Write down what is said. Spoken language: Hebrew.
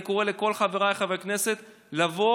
אני קורא לכל חבריי חברי הכנסת לבוא,